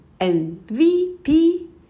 MVP